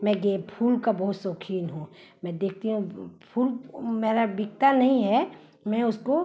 मैं फूल का बहुत शौक़ीन हूँ मैं देखती हूँ फूल मेरा बिकता नही है मैं उसको